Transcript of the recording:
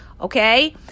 okay